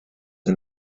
and